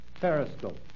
periscope